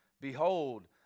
behold